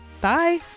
bye